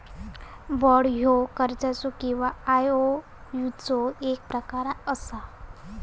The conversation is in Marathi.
बाँड ह्यो कर्जाचो किंवा आयओयूचो एक प्रकार असा